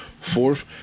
fourth